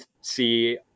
see